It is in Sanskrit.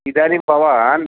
इदानीं भवान्